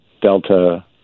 Delta